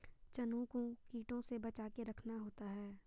चनों को कीटों से बचाके रखना होता है